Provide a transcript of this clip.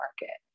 market